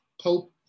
Pope